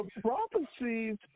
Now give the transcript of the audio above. prophecies